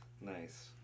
Nice